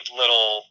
little